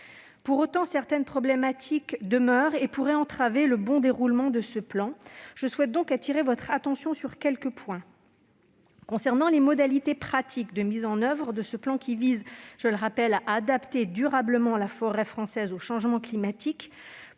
Pour autant, certaines problématiques demeurent pendantes et pourraient entraver le bon déroulement de ce plan. Je souhaite donc appeler votre attention sur quelques points. Concernant les modalités pratiques de mise en oeuvre de ce plan, qui vise à adapter durablement la forêt française aux changements climatiques,